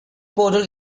portal